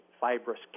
fibrous